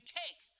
take